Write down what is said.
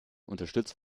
unterstützt